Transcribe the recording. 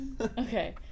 Okay